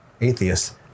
atheists